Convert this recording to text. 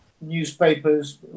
Newspapers